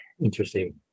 interesting